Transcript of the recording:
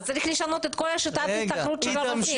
אז צריך לשנות את כל שיטת --- של הרופאים.